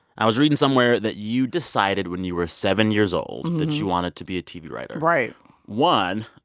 i was reading somewhere that you decided when you were seven years old that you wanted to be a tv writer right one.